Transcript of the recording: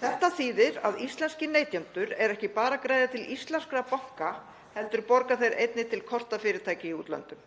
Þetta þýðir að íslenskir neytendur eru ekki bara að greiða til íslenskra banka heldur borga þeir einnig til kortafyrirtækja í útlöndum.